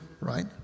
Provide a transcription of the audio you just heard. right